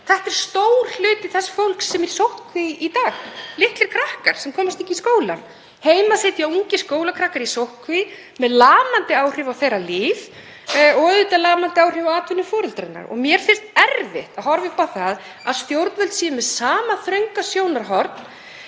Þetta er stór hluti þess fólks sem er í sóttkví í dag, litlir krakkar sem komast ekki í skólann. Heima sitja ungir skólakrakkar í sóttkví sem hefur lamandi áhrif á líf þeirra og auðvitað lamandi áhrif á atvinnu foreldranna. Mér finnst erfitt að horfa upp á að stjórnvöld séu með sama þrönga sjónarhornið